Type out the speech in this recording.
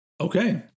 Okay